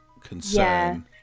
concern